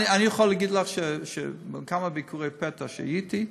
אני יכול להגיד לך, בכמה ביקורי הפתע שהייתי,